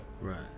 right